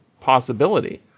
possibility